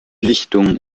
lichtung